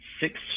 six